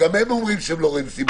וגם הם אומרים שהם לא רואים סיבה.